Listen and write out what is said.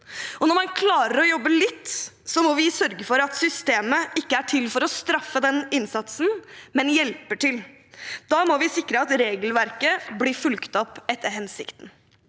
Når man klarer å jobbe litt, må vi sørge for at systemet ikke er til for å straffe den innsatsen, men at det hjelper til. Da må vi sikre at regelverket blir fulgt opp etter hensikten.